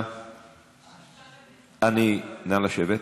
נא לשבת.